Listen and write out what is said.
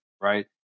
right